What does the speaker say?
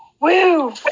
Woo